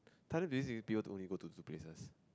Thailand places people to only got to two places